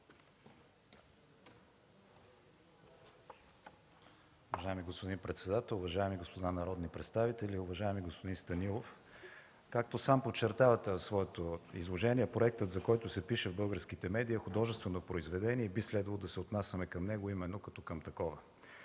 Уважаеми господин председател, уважаеми господа народни представители! Уважаеми господин Станилов, както сам подчертавате в своето изложение, проектът, за който се пише в българските медии, е художествено произведение и би следвало да се отнасяме към него именно като към такова.